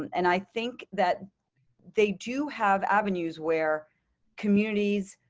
and i think that they do have avenues where communities.